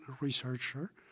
researcher